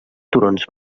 turons